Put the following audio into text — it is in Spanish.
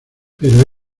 pero